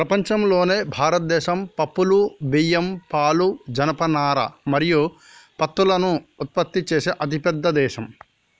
ప్రపంచంలోనే భారతదేశం పప్పులు, బియ్యం, పాలు, జనపనార మరియు పత్తులను ఉత్పత్తి చేసే అతిపెద్ద దేశం